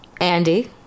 Andy